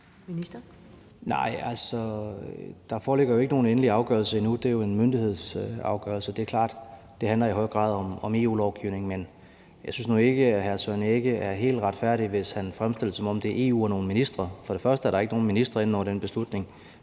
Nej, altså, der foreligger ikke nogen endelig afgørelse endnu. Det er jo en myndighedsafgørelse. Det er klart, at det i høj grad handler om EU-lovgivning, men jeg synes nu ikke, at hr. Søren Egge Rasmussen er helt retfærdig, hvis han fremstiller det, som om det afhænger af EU og nogle ministre. For det første er der ikke nogen ministre inde over den beslutning,